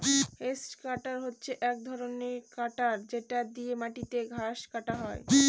hedge cutter হচ্ছে এক ধরনের কাটার যেটা দিয়ে মাটিতে ঘাস কাটা হয়